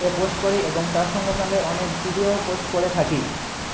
এ post করি এবং তার সঙ্গে সঙ্গে অনেক ভিডিওও পোস্ট করে থাকি